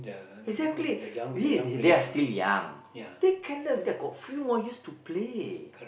exactly be it they they are still young they can learn they're got few more years to play